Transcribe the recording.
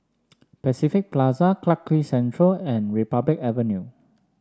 Pacific Plaza Clarke Quay Central and Republic Avenue